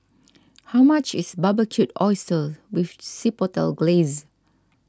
how much is Barbecued Oysters with Chipotle Glaze